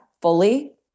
fully